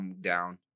down